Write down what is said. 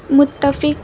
متفق